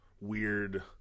weird